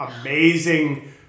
amazing